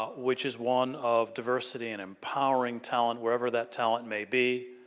ah which is one of diversity and empowering talent wherever that talent may be.